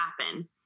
happen